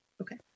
Okay